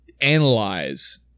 analyze